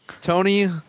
Tony